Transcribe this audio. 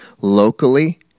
locally